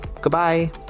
Goodbye